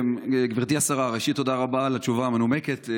גברתי השרה, ראשית תודה רבה על התשובה המנומקת.